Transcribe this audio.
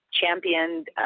championed